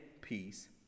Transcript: peace